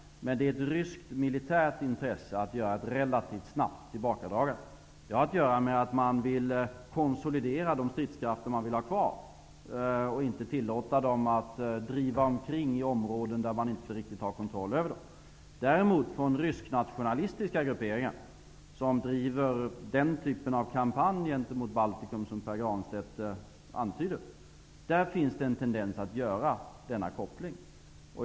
Men det finns ett ryskt militärt intresse av att göra ett relativt snabbt tillbakadragande. Detta har att göra med att man vill konsolidera de stridskrafter som man vill ha kvar. Man vill inte tillåta dem att driva omkring i områden där man inte riktigt har kontroll över dem. I rysknationalistiska grupperingar, som driver den typ av kampanj gentemot Baltikum som Pär Granstedt antyder, finns det däremot en tendens att göra denna koppling.